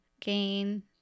gain